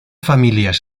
familias